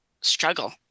struggle